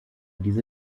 diese